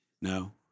no